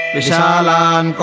Vishalan